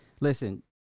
Listen